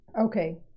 okay